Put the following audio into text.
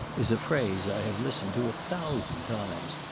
is a phrase i have listened to a thousand times,